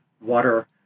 water